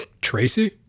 Tracy